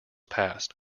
past